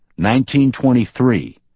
1923